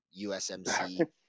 usmc